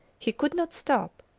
he could not stop.